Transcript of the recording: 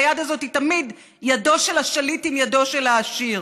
והיד הזאת היא תמיד ידו של השליט עם ידו של העשיר.